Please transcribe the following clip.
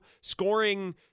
Scoring